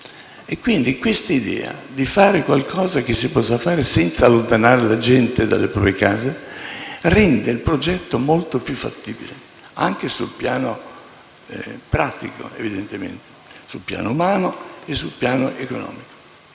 Quindi, questa idea di fare qualcosa che si possa fare senza allontanare la gente dalle proprie case rende il progetto molto più fattibile, anche sul piano pratico, evidentemente, sul piano umano ed economico.